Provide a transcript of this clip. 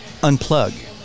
unplug